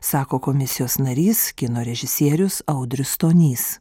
sako komisijos narys kino režisierius audrius stonys